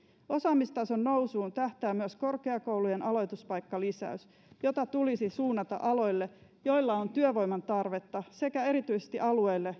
osaamistason nousuun tähtää myös korkeakoulujen aloituspaikkalisäys jota tulisi suunnata aloille joilla on työvoiman tarvetta sekä erityisesti alueille